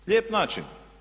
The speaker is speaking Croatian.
Lijep način.